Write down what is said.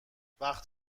وقت